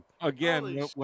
Again